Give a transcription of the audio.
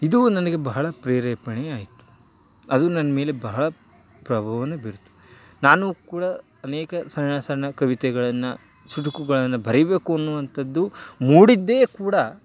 ಇದು ನನಗೆ ಬಹಳ ಪ್ರೇರೇಪಣೆ ಆಯಿತು ಅದು ನನ್ನಮೇಲೆ ಬಹಳ ಪ್ರಭಾವವನ್ನು ಬೀರಿತು ನಾನು ಕೂಡ ಅನೇಕ ಸಣ್ಣ ಸಣ್ಣ ಕವಿತೆಗಳನ್ನು ಚುಟುಕುಗಳನ್ನು ಬರೀಬೇಕು ಅನ್ನುವಂತದ್ದು ಮೂಡಿದ್ದೂ ಕೂಡ